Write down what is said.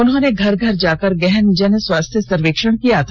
उन्होंने घर घर जाकर गहन जन स्वास्थ्य सर्वेक्षण किया था